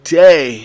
day